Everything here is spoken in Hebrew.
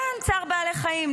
צער בעלי חיים.